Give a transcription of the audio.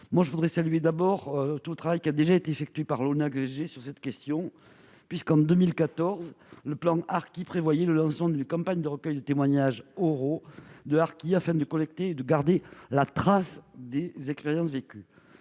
Je veux saluer, tout d'abord, le travail qui a déjà été effectué par l'ONACVG sur cette question. Ainsi, en 2014, le plan harkis prévoyait le lancement d'une campagne de recueil de témoignages oraux de harkis, afin de collecter et de garder la trace des expériences vécues.